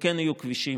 וכן יהיו כבישים.